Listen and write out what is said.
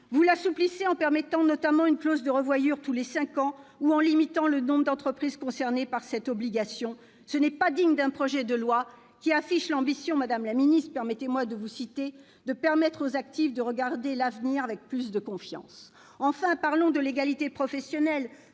vous l'assouplissez en permettant notamment une clause de revoyure tous les cinq ans ou en limitant le nombre d'entreprises concernées par cette obligation. De telles mesures ne sont pas dignes d'un projet de loi qui affiche l'ambition- permettez-moi de vous citer, madame la ministre -de permettre aux actifs de « regarder l'avenir avec plus de confiance ». Enfin, parlons de l'égalité professionnelle,